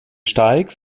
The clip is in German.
steig